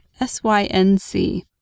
S-Y-N-C